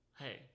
hey